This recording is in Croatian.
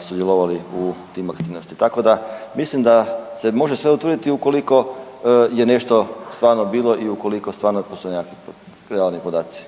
sudjelovali u tim aktivnostima. Tak da mislim da se može sve utvrditi ukoliko je nešto stvarno bilo i ukoliko stvarno postoje nekakvi realni podaci.